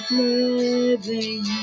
living